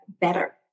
better